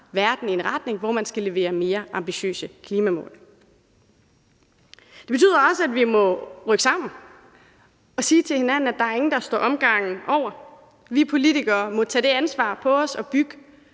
verden i en retning, hvor man skal levere mere ambitiøse klimamål. Det betyder også, at vi må rykke sammen og sige til hinanden, at der er ingen, der står omgangen over. Vi politikere må tage det ansvar på os og bygge